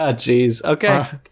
ah geez, okay